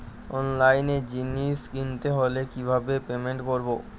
অনলাইনে জিনিস কিনতে হলে কিভাবে পেমেন্ট করবো?